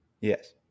Yes